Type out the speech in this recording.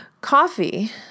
coffee